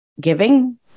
giving